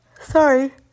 sorry